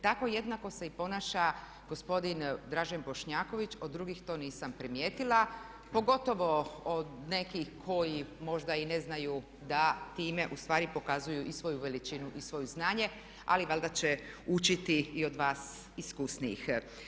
Tako jednako se i ponaša gospodin Dražen Bošnjaković, od drugih to nisam primijetila pogotovo od nekih koji možda i ne znaju da time ustvari pokazuju i svoju veličinu i svoje znanje ali valjda će učiti i od vas iskusnijih.